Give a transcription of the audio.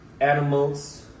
animals